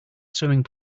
swimming